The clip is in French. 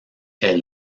est